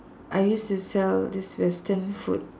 I used to sell this Western food